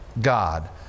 God